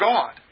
God